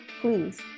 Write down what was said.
please